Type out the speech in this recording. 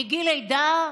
מגיל לידה?